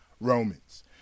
Romans